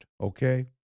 okay